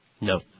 No